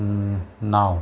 नऊ